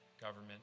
government